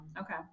Okay